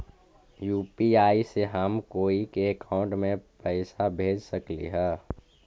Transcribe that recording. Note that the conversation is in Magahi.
यु.पी.आई से हम कोई के अकाउंट में पैसा भेज सकली ही?